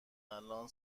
الان